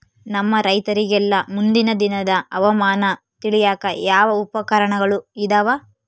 ನಮ್ಮ ರೈತರಿಗೆಲ್ಲಾ ಮುಂದಿನ ದಿನದ ಹವಾಮಾನ ತಿಳಿಯಾಕ ಯಾವ ಉಪಕರಣಗಳು ಇದಾವ?